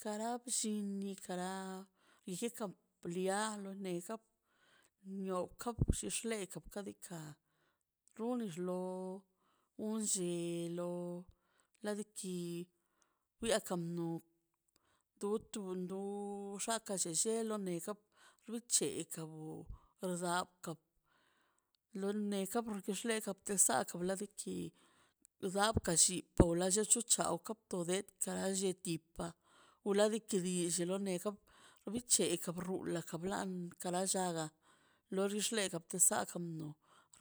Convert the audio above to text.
Kara bllin ni kara igueka kablia lo nega nioka bxilebga ka diikaꞌ runnes lob wun llelo la di ki wia kan nu du tun do xṉaꞌka llellelo nega frutchegowo wrzaka lo neka wrzezeka te zaka bladiki bdakallki paula llelli tu chaw top ka det kara lletit pa wlagakadi till lo neda bicheka rula la ka blanka la llaga lo xill legatopsa